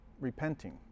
repenting